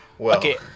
Okay